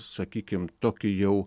sakykim tokį jau